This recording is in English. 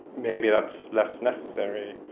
maybe that's less necessary.